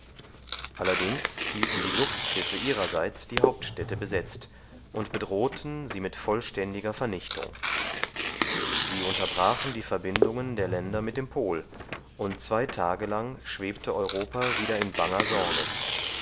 allerdings hielten die luftschiffe ihrerseits die hauptstädte besetzt und bedrohten sie mit vollständiger vernichtung sie unterbrachen die verbindungen der länder mit dem pol und zwei tage lang schwebte europa wieder in banger sorge